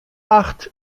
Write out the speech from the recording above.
acht